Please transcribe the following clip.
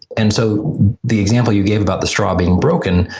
and so the example you gave about the straw being broken,